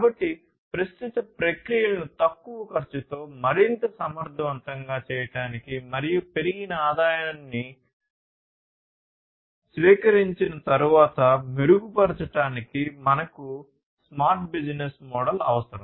కాబట్టి ప్రస్తుత ప్రక్రియలను తక్కువ ఖర్చుతో మరింత సమర్థవంతంగా చేయడానికి మరియు పెరిగిన ఆదాయాన్ని స్వీకరించిన తర్వాత మెరుగుపరచడానికి మనకు స్మార్ట్ బిజినెస్ మోడల్ అవసరం